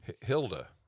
Hilda